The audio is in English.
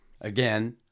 Again